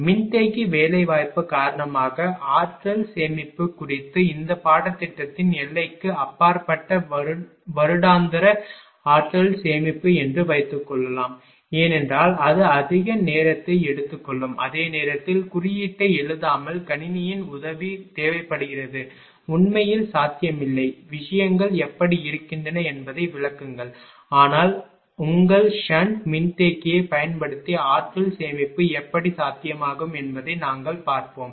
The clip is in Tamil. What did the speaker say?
மின்தேக்கி வேலைவாய்ப்பு காரணமாக ஆற்றல் சேமிப்பு குறித்து இந்த பாடத்திட்டத்தின் எல்லைக்கு அப்பாற்பட்ட வருடாந்திர ஆற்றல் சேமிப்பு என்று வைத்துக்கொள்வோம் ஏனென்றால் அது அதிக நேரத்தை எடுத்துக்கொள்ளும் அதே நேரத்தில் குறியீட்டை எழுதாமல் கணினியின் உதவி தேவைப்படுவது உண்மையில் சாத்தியமில்லை விஷயங்கள் எப்படி இருக்கின்றன என்பதை விளக்குங்கள் ஆனால் ஆனால் உங்கள் ஷன்ட் மின்தேக்கியைப் பயன்படுத்தி ஆற்றல் சேமிப்பு எப்படி சாத்தியமாகும் என்பதை நாங்கள் பார்ப்போம்